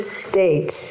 state